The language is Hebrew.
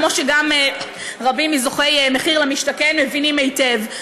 כמו שגם רבים מזוכי מחיר למשתכן מבינים היטב.